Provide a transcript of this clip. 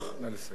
נא לסיים.